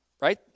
right